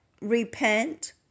Repent